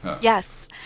Yes